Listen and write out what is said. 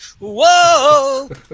Whoa